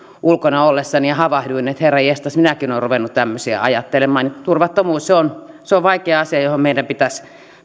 ulkona ollessani ja havahduin että herranjestas minäkin olen ruvennut tämmöisiä ajattelemaan turvattomuus se on se on vaikea asia johon meidän pitäisi